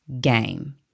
game